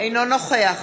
אינו נוכח